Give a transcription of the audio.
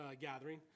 gathering